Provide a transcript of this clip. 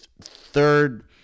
third